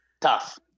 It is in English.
Tough